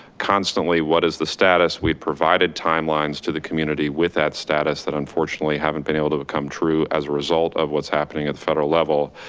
constantly, what is the status, we provided timelines to the community with that status that unfortunately, haven't been able to become true as a result of what's happening at the federal level,